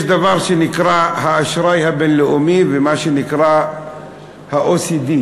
יש דבר שנקרא האשראי הבין-לאומי ומה שנקרא ה-OECD.